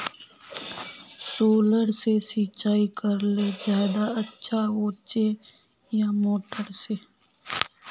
Solar से सिंचाई करले ज्यादा अच्छा होचे या मोटर से?